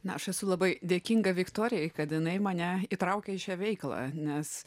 na aš esu labai dėkinga viktorijai kad jinai mane įtraukė į šią veiklą nes